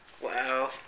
Wow